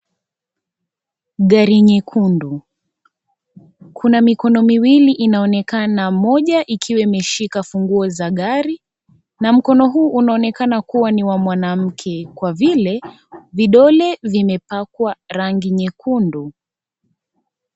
Gari nyekundu, kuna mikono miwili inaonekana. Moja ikiwa imeshika funguo za gari na mkono huu unaonekana kuwa ni wa mwanamke kwa vile, vidole vimepakwa rangi nyekundu.